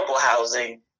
housing